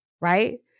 right